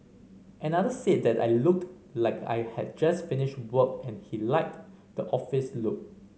another said that I looked like I had just finished work and he liked the office look